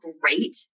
great